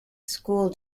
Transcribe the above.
school